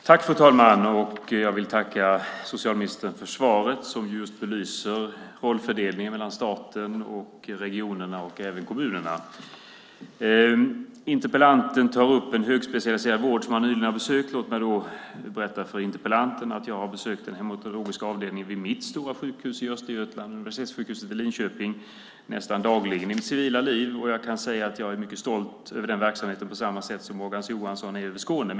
Fru ålderspresident! Jag vill börja med att tacka socialministern för svaret som just belyser rollfördelningen mellan staten, regionerna och även kommunerna. Interpellanten nämner om en högspecialiserad vård som han nyligen har besökt. Låt mig berätta för interpellanten att jag har besökt hematologiska avdelningen på mitt stora sjukhus i Östergötland, universitetssjukhuset i Linköping. Det har jag gjort nästan dagligen i mitt civila liv och kan säga att jag är mycket stolt över den verksamheten, precis som Morgan Johansson är stolt över Skåne.